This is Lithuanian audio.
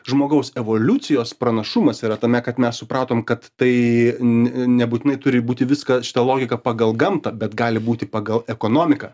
žmogaus evoliucijos pranašumas yra tame kad mes supratom kad tai ne nebūtinai turi būti viską šita logika pagal gamtą bet gali būti pagal ekonomiką